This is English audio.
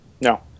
no